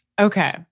Okay